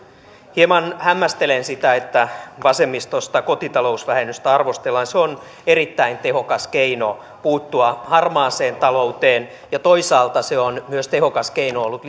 hieman hämmästelen sitä että vasemmistosta kotitalousvähennystä arvostellaan se on erittäin tehokas keino puuttua harmaaseen talouteen ja toisaalta se on myös tehokas keino ollut